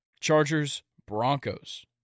Chargers-Broncos